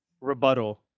rebuttal